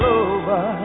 over